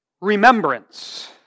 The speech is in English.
Remembrance